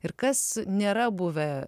ir kas nėra buvę